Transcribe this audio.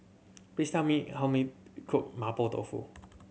please tell me how me cook Mapo Tofu